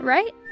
Right